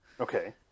Okay